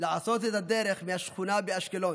לעשות את הדרך מהשכונה באשקלון